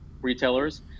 retailers